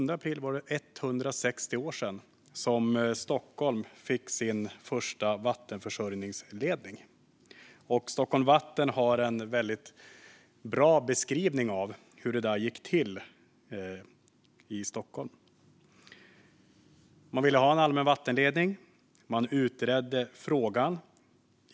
Då var det 160 år sedan som Stockholm fick sin första vattenförsörjningsledning. Stockholm Vatten har en väldigt bra beskrivning av hur detta gick till i Stockholm. Man ville ha en allmän vattenledning. Man utredde frågan.